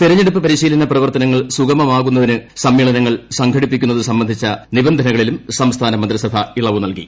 തെരഞ്ഞെടുപ്പ് പരിശീലന പ്രവർത്തനങ്ങൾ സുഗമമാകുന്നതിന് സമ്മേളനങ്ങൾ സംഘടിപ്പിക്കുന്നതു സംബന്ധിച്ച നിബന്ധനകളിലും സംസ്ഥാന മന്ത്രിസഭ ഇളവു നൽകി